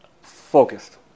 focused